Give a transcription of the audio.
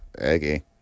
okay